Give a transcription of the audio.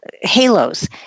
halos